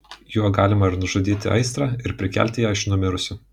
juo galime ir nužudyti aistrą ir prikelti ją iš numirusių